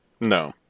No